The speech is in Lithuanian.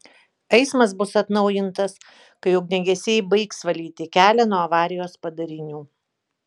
eismas bus atnaujintas kai ugniagesiai baigs valyti kelią nuo avarijos padarinių